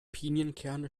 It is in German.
pinienkerne